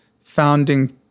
founding